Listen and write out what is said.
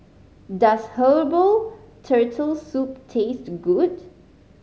does herbal Turtle Soup taste good